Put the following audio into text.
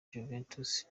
juventus